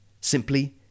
simply